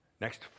Next